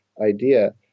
idea